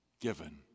given